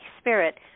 spirit